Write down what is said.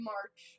March